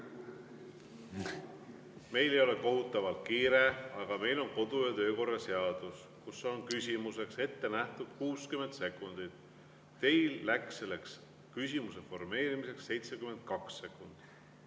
Meil ei ole kohutavalt kiire, aga meil on kodu‑ ja töökorra seadus, kus on küsimuseks ette nähtud 60 sekundit. Teil kulus küsimuse formeerimiseks 72 sekundit.